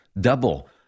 double